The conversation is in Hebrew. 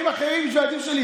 ירדתם מהפסים,